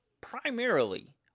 primarily